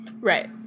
Right